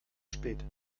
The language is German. spät